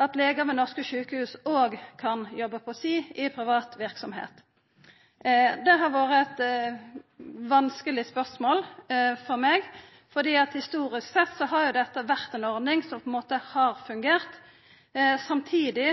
at legar ved norske sjukehus òg kan jobba på si i privat verksemd? Det har vore eit vanskeleg spørsmål for meg, fordi dette historisk sett har vore ei ordning som på ein måte har fungert. Samtidig